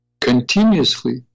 Continuously